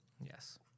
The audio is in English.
Yes